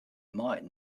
might